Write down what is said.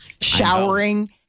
Showering